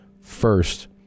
first